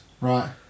Right